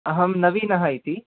अहं नवीनः इति